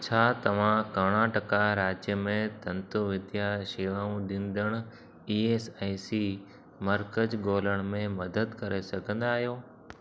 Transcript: छा तव्हां कर्नाटका राज्य में तंतु विद्या शेवाऊं ॾींदड़ु ई एस आई सी मर्कज़ ॻोल्हण में मदद करे सघंदा आहियो